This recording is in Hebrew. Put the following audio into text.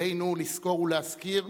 עלינו לזכור ולהזכיר